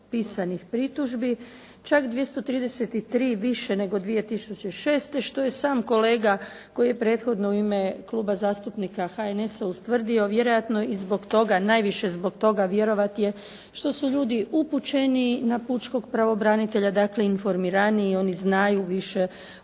pisanih pritužbi, čak 233 više nego 2006. što je sam kolega koji je prethodno u ime Kluba zastupnika HNS-a ustvrdio vjerojatno i zbog toga, najviše zbog toga vjerovat je što su ljudi upućeni na pučkog pravobranitelja, dakle informiraniji i oni znaju više o